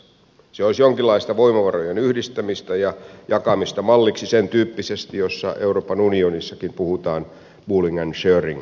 se olisi jonkinlaista voimavarojen yhdistämistä ja jakamista malliksi sen tyyppisesti mistä euroopan unionissakin puhutaan pooling and sharing ajatteluna